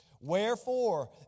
Wherefore